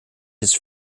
his